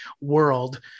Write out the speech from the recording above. world